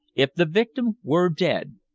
if the victim were dead,